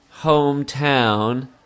Hometown